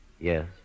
Yes